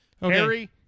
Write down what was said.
Harry